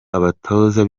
abatoza